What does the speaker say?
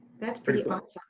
that's pretty awesome.